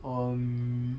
um